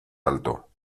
alto